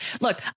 Look